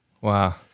Wow